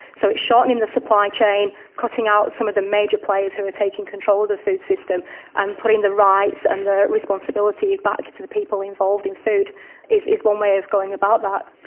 so it's shortening the supply chain, cutting out some of the major players who are taking control of the food system and putting the rights and the responsibility back to the people involved in food is is one way of going about that.